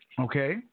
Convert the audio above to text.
Okay